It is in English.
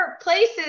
places